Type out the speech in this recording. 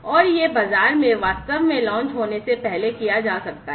और ये बाजार में वास्तव में लॉन्च होने से पहले किया जा सकता है